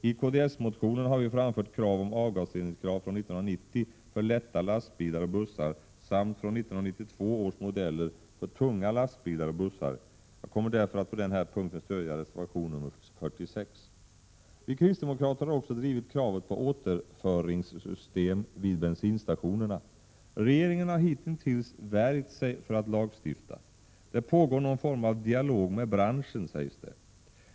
I kds-motionen har vi framfört krav om avgasrening från 1990 för lätta lastbilar och bussar samt från 1992 års modeller för tunga lastbilar och bussar. Jag kommer därför att på den här punkten stödja reservation nr 46. Vi kristdemokrater har också drivit kravet på återföringssystem vid bensinstationerna. Regeringen har hittintills värjt sig för att lagstifta. Det pågår någon form av dialog med branschen, sägs det.